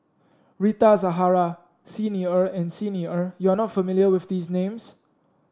Rita Zahara Xi Ni Er and Xi Ni Er you are not familiar with these names